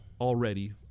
already